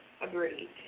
Agreed